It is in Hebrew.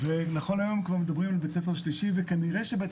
ונכון להיום כבר מדברים על בית ספר שלישי וכנראה שבית